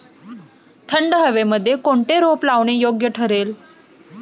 थंड हवेमध्ये कोणते रोप लावणे योग्य ठरेल?